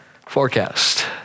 Forecast